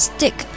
Stick